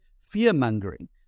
fear-mongering